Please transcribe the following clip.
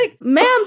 ma'am